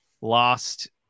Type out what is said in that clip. lost